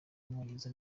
w’umwongereza